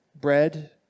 bread